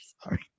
Sorry